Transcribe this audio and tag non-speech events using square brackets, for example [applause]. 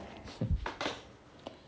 [laughs]